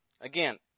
Again